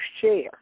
share